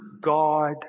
God